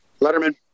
Letterman